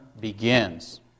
begins